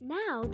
now